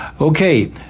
Okay